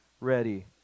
ready